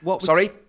Sorry